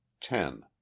ten